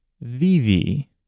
vv